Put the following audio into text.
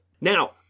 Now